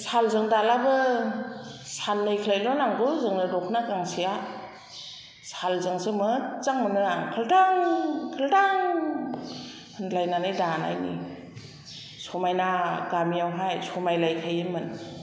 सालजों दाब्लाबो साननैखालायल' नांगौ जोंनो दखना गांसेया सालजोंसो मोजां मोनो आं खाल्थां खाल्थां होनलायनानै दानायनि समायना गामियावहाय समायलायखायोमोन